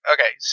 Okay